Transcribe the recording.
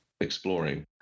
exploring